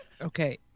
Okay